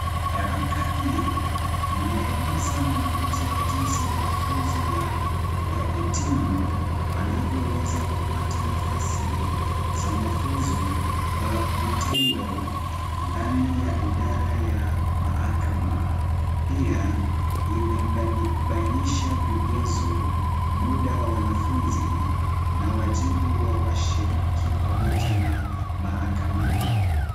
Nyaraka hiyo imeeleza muongozo wa jinsi wanafunzi wahitimu wanavyoweza kupata nafasi za mafunzo kwa vitengo ndani ya idara ya mahakama. Pia imebainisha vigezo, muda wa wanafunzi na wajibu wawashiriki pamoja na mahakamani.